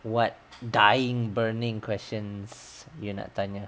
what dying burning questions you nak tanya